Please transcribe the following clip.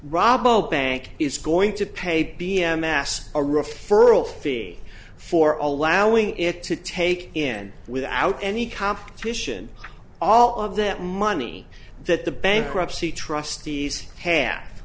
robber bank is going to pay b m s a referral fee for all our wing it to take in without any competition all of that money that the bankruptcy trustees